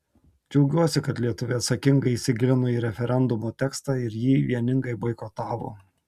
džiaugiuosi kad lietuviai atsakingai įsigilino į referendumo tekstą ir jį vieningai boikotavo